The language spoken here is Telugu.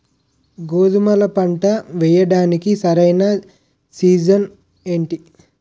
గోధుమపంట వేయడానికి సరైన సీజన్ ఏంటి?